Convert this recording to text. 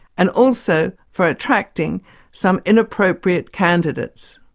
and also for attracting some inappropriate candidates.